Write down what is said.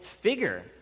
figure